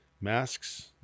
masks